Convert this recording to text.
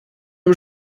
dem